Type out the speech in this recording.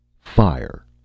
Fire